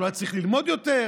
אז הוא היה צריך ללמוד יותר,